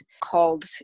called